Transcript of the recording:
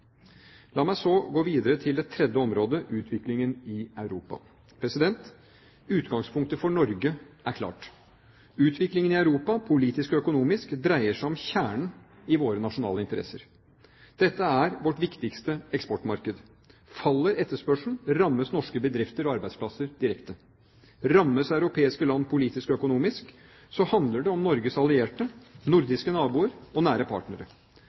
La meg så gå videre til det tredje området, utviklingen i Europa. Utgangspunktet for Norge er klart: Utviklingen i Europa, politisk og økonomisk, dreier seg om kjernen i våre nasjonale interesser. Dette er vårt viktigste eksportmarked. Faller etterspørselen, rammes norske bedrifter og arbeidsplasser direkte. Rammes europeiske land politisk og økonomisk, handler det om Norges allierte, nordiske naboer og nære partnere.